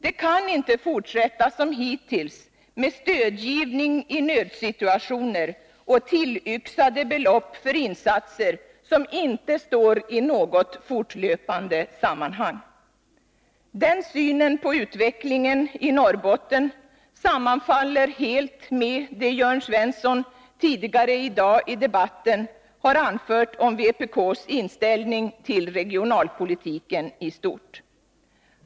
Det kan inte fortsätta som hittills med stödgivning i nödsituationer och tillyxade belopp för insatser som inte står i något fortlöpande sammanhang. Den synen på utvecklingen i Norrbotten sammanfaller helt med det Jörn Svensson tidigare i debatten har anfört om vpk:s inställning till regionalpolitiken i stort.